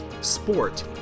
sport